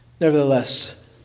Nevertheless